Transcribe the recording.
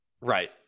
Right